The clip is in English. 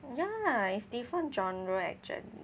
ya it's different genre actually